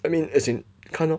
I mean as in 看 lor